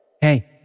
Hey